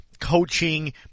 coaching